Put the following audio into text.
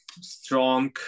strong